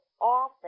often